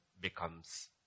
becomes